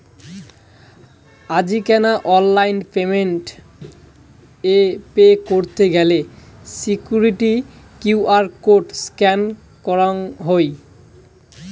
আজিকেনা online payment এ pay করত গেলে সিকুইরিটি কিউ.আর কোড স্ক্যান করঙ হই